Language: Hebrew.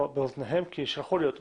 כי שלחו לי אותו